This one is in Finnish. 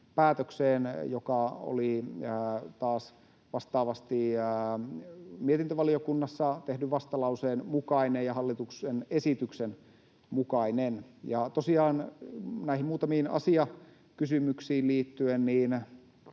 joka oli taas vastaavasti mietintövaliokunnassa tehdyn vastalauseen mukainen ja hallituksen esityksen mukainen. Tosiaan näihin muutamiin asiakysymyksiin liittyen